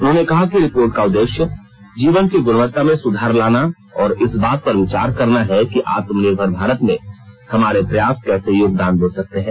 उन्होंने कहा कि रिपोर्ट का उद्देश्य जीवन की गुणवत्ता में सुधार लाना और इस बात पर विचार करना है कि आत्मनिर्भर भारत में हमारे प्रयास कैसे योगदान दे सकते हैं